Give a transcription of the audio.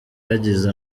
yagize